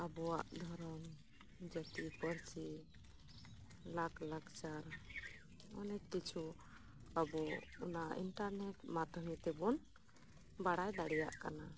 ᱟᱵᱚᱭᱟᱜ ᱜᱷᱟᱨᱚᱡᱽ ᱡᱟᱹᱛᱤ ᱯᱟᱹᱨᱥᱤ ᱞᱟᱠ ᱞᱟᱠᱪᱟᱨ ᱚᱱᱮᱠ ᱠᱤᱪᱷᱩ ᱟᱵᱚ ᱚᱱᱟ ᱤᱱᱴᱟᱨᱱᱮᱴ ᱢᱟᱫᱷᱭᱢᱮ ᱛᱮᱵᱚᱱ ᱵᱟᱲᱟᱭ ᱫᱟᱲᱮᱭᱟᱜ ᱠᱟᱱᱟ